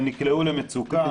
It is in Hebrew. הם נקלעו למצוקה.